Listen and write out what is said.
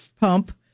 pump